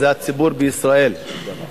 זה הציבור בישראל.